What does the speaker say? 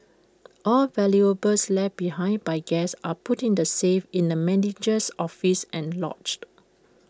all valuables left behind by guests are put in A safe in the manager's office and logged